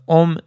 om